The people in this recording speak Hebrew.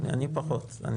אני פחות.